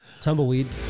Tumbleweed